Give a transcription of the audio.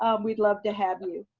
um we'd love to have you